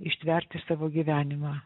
ištverti savo gyvenimą